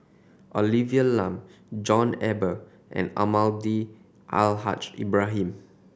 Olivia Lum John Eber and Almahdi Al Haj Ibrahim